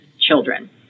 children